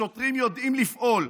השוטרים יודעים לפעול.